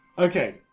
Okay